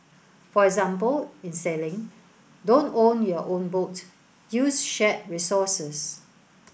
for example in sailing don't own your own boat use shared resources